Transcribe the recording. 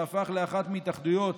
שהפך לאחת מהתאחדויות